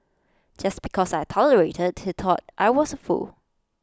just because I tolerated he thought I was A fool